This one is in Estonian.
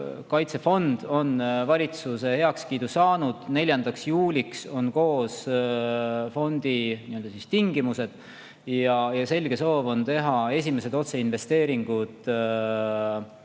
kaitsefond on valitsuse heakskiidu saanud. 4. juuliks on koos fondi tingimused ja selge soov on teha esimesed otseinvesteeringud selle